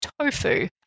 tofu